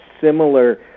similar